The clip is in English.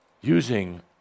using